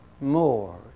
more